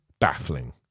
baffling